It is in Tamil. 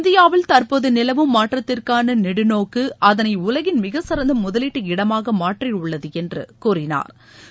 இந்தியாவில் தற்போது நிலவும் மாற்றத்திற்கான நெடுநோக்கு அதனை உலகின் மிகசிறந்த முதலீட்டு இடமாக மாற்றியுள்ளது என்று கூறினாா்